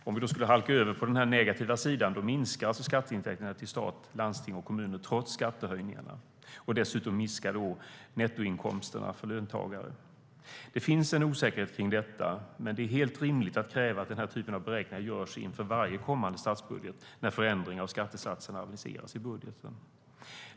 Om vi skulle halka över på den negativa sidan minskar skatteintäkterna till stat, landsting och kommuner trots skattehöjningarna. Dessutom minskar nettoinkomsterna för löntagare. Det finns en osäkerhet kring detta. Men det är helt rimligt att kräva att den typen av beräkningar görs inför varje kommande statsbudget när förändringar av skattesatserna aviseras i budgeten.